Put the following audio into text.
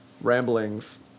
ramblings